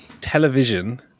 television